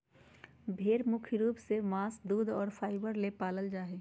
भेड़ मुख्य रूप से मांस दूध और फाइबर ले पालल जा हइ